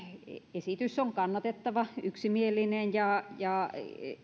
esitys on kannatettava yksimielinen ja